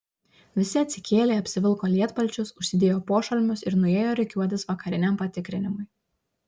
visi atsikėlė apsivilko lietpalčius užsidėjo pošalmius ir nuėjo rikiuotis vakariniam patikrinimui